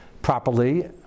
Properly